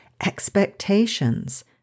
expectations